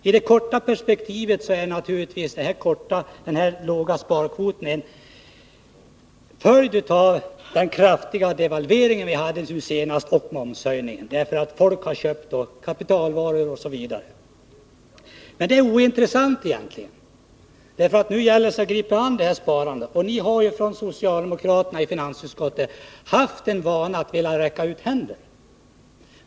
I det korta perspektivet är naturligtvis denna låga sparkvot en följd av den senaste kraftiga devalveringen och momshöjningen, därför att folk har köpt kapitalvaror osv. Men det är egentligen ointressant, för nu gäller det att gripa sig an sparandet. Ni socialdemokrater i finansutskottet har haft en vana att vilja räcka ut händerna.